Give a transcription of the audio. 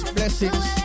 Blessings